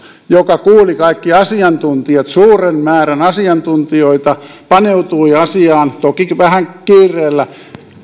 joka kuuli kaikki asiantuntijat suuren määrän asiantuntijoita paneutui asiaan toki vähän kiireellä